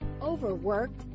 Overworked